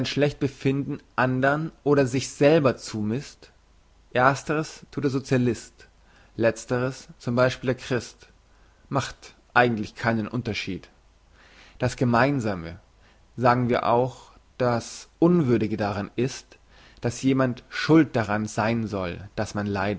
schlecht befinden andern oder sich selber zu misst ersteres thut der socialist letzteres zum beispiel der christ macht keinen eigentlichen unterschied das gemeinsame sagen wir auch das unwürdige daran ist dass jemand schuld daran sein soll dass man